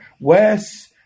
Wes